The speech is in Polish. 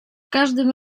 każdym